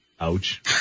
Ouch